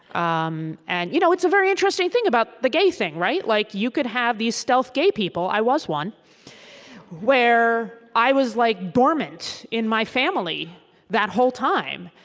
um and you know it's a very interesting thing about the gay thing. like you could have these stealth gay people i was one where i was like dormant in my family that whole time.